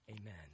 Amen